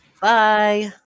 Bye